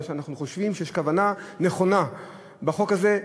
שאנחנו חושבים שיש כוונה נכונה בחוק הזה,